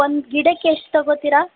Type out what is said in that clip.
ಒಂದು ಗಿಡಕ್ಕೆ ಎಷ್ಟು ತಗೋತೀರಾ